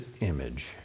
image